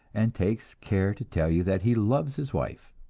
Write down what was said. and takes care to tell you that he loves his wife.